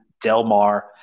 Delmar